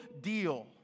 deal